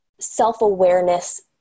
self-awareness